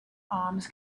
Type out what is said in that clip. arms